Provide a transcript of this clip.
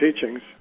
teachings